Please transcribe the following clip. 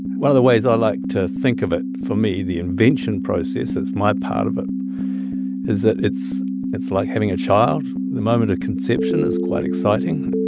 one of the ways i like to think of it, for me, the invention process is my part of it is that it's it's like having a child. the moment of conception is quite exciting.